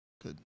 good